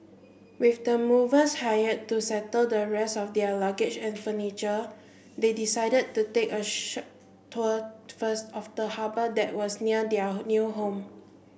with the movers hired to settle the rest of their luggage and furniture they decided to take a short tour first of the harbour that was near their new home